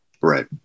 Right